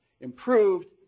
improved